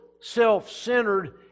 self-centered